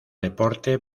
deporte